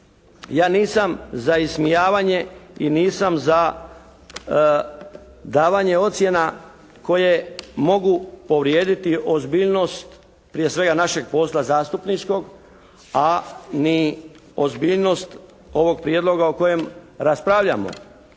ja nisam za ismijavanje i nisam za davanje ocjena koje mogu povrijediti ozbiljnost prije svega našeg posla zastupničkog, a ni ozbiljnost ovog prijedloga o kojem raspravljamo.